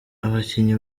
abakinnyi